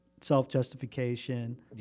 self-justification